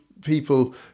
people